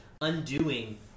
undoing